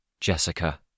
Jessica